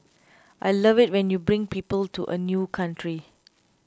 I love it when you bring people to a new country